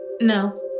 No